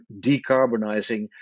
decarbonizing